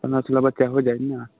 पन्द्रह सोलह बच्चा हो जाइ ने